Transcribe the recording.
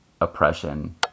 oppression